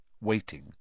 waiting